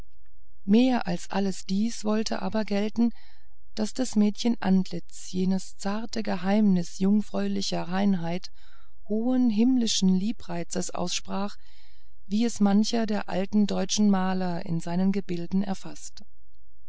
mehr als alles dies wollte aber gelten daß des mädchens antlitz jenes zarte geheimnis jungfräulicher reinheit hohen himmlischen liebreizes aussprach wie es mancher alte deutsche maler in seinen gebilden erfaßt